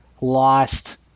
lost